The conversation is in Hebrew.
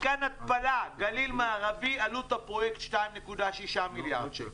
מתקן התפלה בגליל המערבי עלות הפרויקט 2.6 מיליארד שקל,